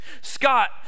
Scott